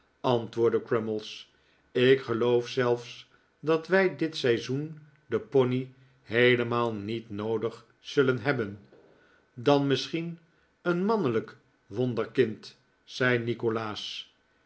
antwoordde crummies ik geloof zelfs dat wij dit seizoen den pony heelemaal niet nobdig zullen hebben dan misschien een mannelijk wonderkind zei nikolaas